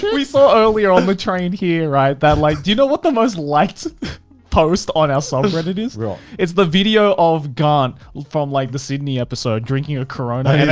we saw earlier on the train here, right? that like do you know what the most liked post on our subreddit is? it's the video of garnt from like the sydney episode drinking a corona yeah